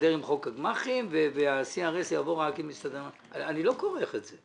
נסתדר עם חוק הגמ"חים וה-CRS יעבור רק אם נסתדר אני לא כורך את זה.